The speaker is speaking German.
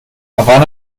havanna